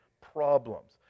problems